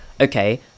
okay